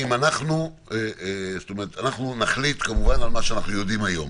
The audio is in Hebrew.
אנחנו נחליט כמובן על מה שאנחנו יודעים היום.